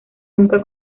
nunca